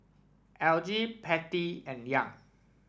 Elgie Pattie and Young